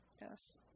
yes